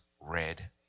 red